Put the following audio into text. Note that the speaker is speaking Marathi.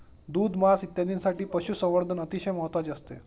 दूध, मांस इत्यादींसाठी पशुसंवर्धन अतिशय महत्त्वाचे असते